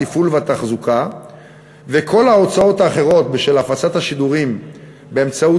התפעול והתחזוקה וכל ההוצאות האחרות בשל הפצת השידורים באמצעות